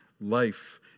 life